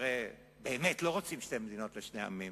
הרי באמת לא רוצים שתי מדינות לשני עמים.